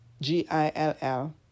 G-I-L-L